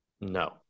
No